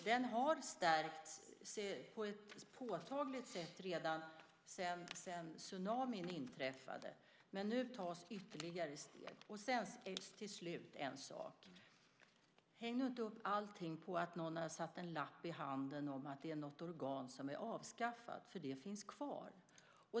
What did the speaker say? Den har stärkts på ett påtagligt sätt redan sedan tsunamin inträffade, men nu tas ytterligare steg. Till slut vill jag säga en sak. Häng nu inte upp allting på att någon har satt en lapp i handen på dig om att det är något organ som är avskaffat, för det finns kvar.